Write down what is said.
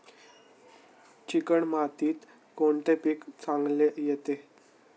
Chicken मातीत कोणते पीक चांगले येते?